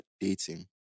dating